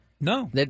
No